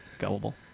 gullible